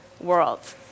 world